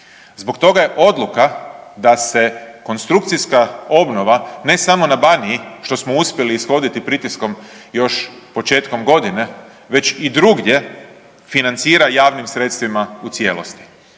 Zbog toga je odluka da se konstrukcijska obnova ne samo na Baniji što smo uspjeli ishoditi pritiskom još početkom godine već i drugdje financira javnim sredstvima u cijelosti.